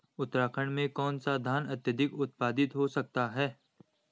उत्तराखंड में कौन सा धान अत्याधिक उत्पादित हो सकता है?